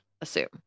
assume